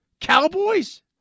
Cowboys